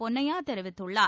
பொன்னையா தெரிவித்துள்ளார்